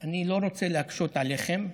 אני לא רוצה להקשות עליכם,